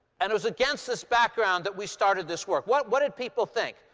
and it was against this background that we started this work. what what did people think?